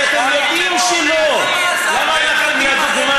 אז למה עזבת את קדימה,